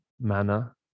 manner